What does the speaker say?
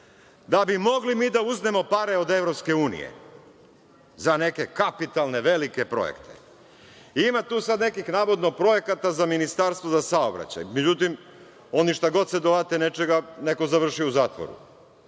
da bi mogli mi da uzmemo pare od Evropske unije za neke kapitalne, velike projekte. Ima tu sad, navodno, nekih projekata za Ministarstvo za saobraćaj. Međutim, oni čega god se dohvate, neko završi u zatvoru.